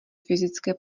fyzické